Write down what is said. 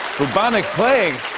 bubonic plague?